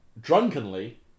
drunkenly